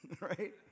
right